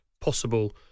possible